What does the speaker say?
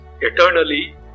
eternally